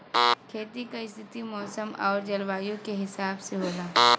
खेती क स्थिति मौसम आउर जलवायु क हिसाब से होला